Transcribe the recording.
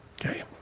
Okay